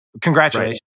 Congratulations